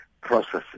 processes